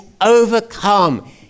overcome